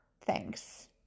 Thanks